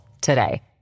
today